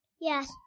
Yes